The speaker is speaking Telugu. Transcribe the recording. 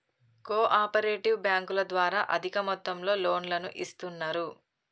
కో ఆపరేటివ్ బ్యాంకుల ద్వారా అధిక మొత్తంలో లోన్లను ఇస్తున్నరు